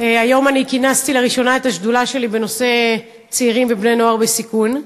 היום אני כינסתי לראשונה את השדולה שלי בנושא צעירים ובני-נוער בסיכון.